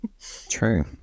true